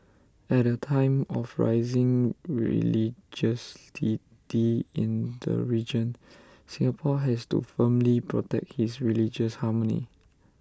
at A time of rising religiosity in the region Singapore has to firmly protect his religious harmony